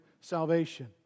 salvation